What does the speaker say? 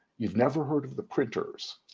you've never heard of the printers.